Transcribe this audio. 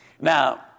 Now